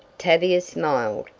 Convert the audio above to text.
tavia smiled,